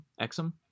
Exum